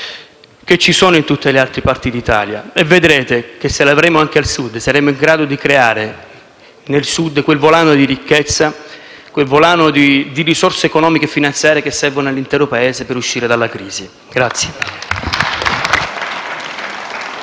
presenti in tutte le altre parti d'Italia e vedrete che, se le avremo anche al Sud, saremo in grado di creare nel Sud quel volano di ricchezza e di risorse economiche e finanziarie che servono all'interno Paese per uscire della crisi.